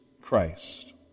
Christ